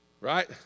Right